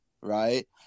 Right